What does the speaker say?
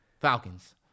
Falcons